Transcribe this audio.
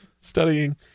studying